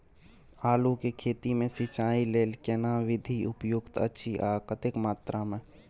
आलू के खेती मे सिंचाई लेल केना विधी उपयुक्त अछि आ कतेक मात्रा मे?